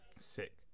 sick